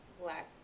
black